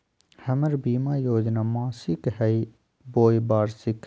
हमर बीमा योजना मासिक हई बोया वार्षिक?